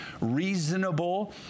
reasonable